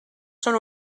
són